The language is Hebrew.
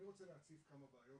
אני רוצה להציף כמה בעיות,